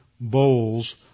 bowls